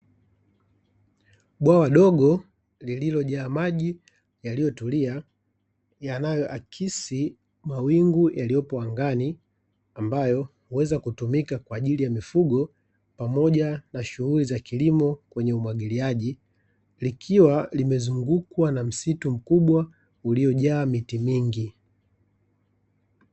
Bwawa dogo lililojaa maji yaliyotulia, yanayoakisi mawingu yaliyopo angani ambayo huweza kutumika kwa ajili ya mifugo pamoja na shughuli za kilimo kwenye umwagiliaji, likiwa limezungukwa na msitu mkubwa uliojaa miti mingi.